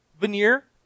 veneer